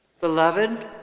Beloved